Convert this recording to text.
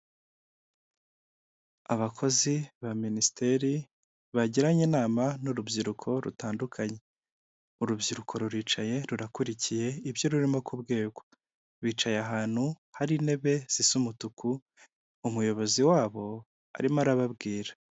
Abakozi ba minisiteri bagiranye inama n'urubyiruko rutandukanye urubyiruko ruricaye rurakurikiye ibyo rurimo kugwa bicaye ahantu hari intebe sisa umutuku umuyobozi wabo arimo arababwira.